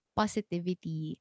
positivity